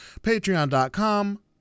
Patreon.com